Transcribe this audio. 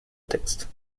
texte